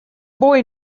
boy